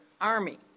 army